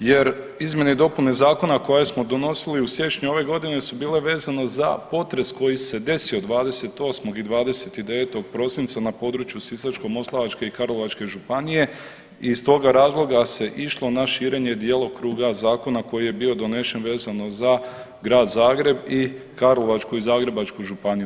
jer izmjene i dopune Zakona koje smo donosili u siječnju ove godine su bile vezano za potres koji se desio 28. i 29. prosinca na području Sisačko-moslavačke i Karlovačke županije i iz toga razloga se išlo na širenje djelokruga Zakona koji je bio donešen vezano za Grad Zagreb i Karlovačku i Zagrebačku županiju.